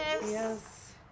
Yes